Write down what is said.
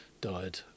died